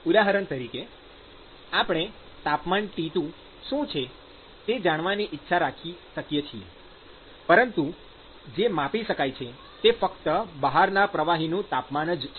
ઉદાહરણ તરીકે આપણે તાપમાન T2 શું છે તે જાણવાની ઇચ્છા રાખી શકીએ છીએ પરંતુ જે માપી શકાય છે તે ફક્ત બહારના પ્રવાહીનું તાપમાન જ છે